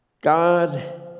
God